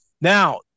Now